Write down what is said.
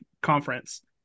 conference